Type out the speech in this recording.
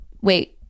Wait